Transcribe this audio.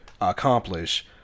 accomplish